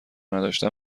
نداشتن